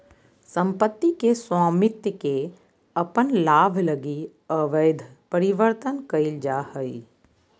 सम्पत्ति के स्वामित्व के अपन लाभ लगी अवैध परिवर्तन कइल जा हइ